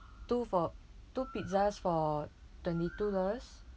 two for two pizzas for twenty two dollars